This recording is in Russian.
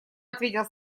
ответил